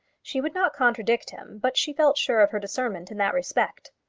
she would not contradict him, but she felt sure of her discernment in that respect.